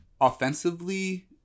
Offensively